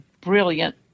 brilliant